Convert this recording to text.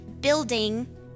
building